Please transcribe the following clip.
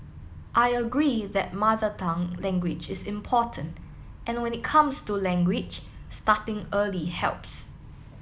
I agree that Mother Tongue language is important and when it comes to language starting early helps